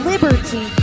Liberty